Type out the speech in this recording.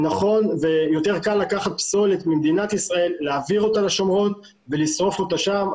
ויותר קל לקחת פסולת ממדינת ישראל להעביר אותה לשומרון ולשרוף אותה שם.